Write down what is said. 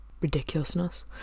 ridiculousness